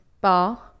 bar